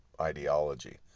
ideology